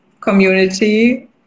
community